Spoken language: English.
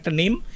name